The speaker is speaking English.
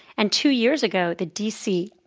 and two years ago, the d c.